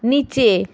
নিচে